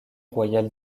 royale